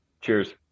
Cheers